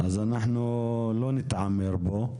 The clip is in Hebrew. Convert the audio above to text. אז אנחנו לא נתעמר בו.